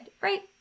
right